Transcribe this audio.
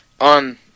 on